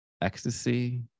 ecstasy